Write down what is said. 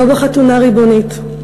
לא בחתונה ריבונית,